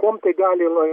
kuom tai gali